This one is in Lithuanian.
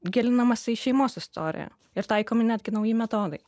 gilinamasi į šeimos istoriją ir taikomi netgi nauji metodai